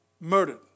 murdered